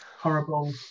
horrible